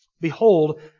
Behold